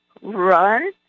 run